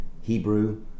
Hebrew